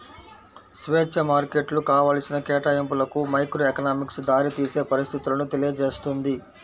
స్వేచ్ఛా మార్కెట్లు కావాల్సిన కేటాయింపులకు మైక్రోఎకనామిక్స్ దారితీసే పరిస్థితులను తెలియజేస్తుంది